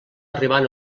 arribant